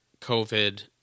covid